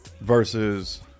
Versus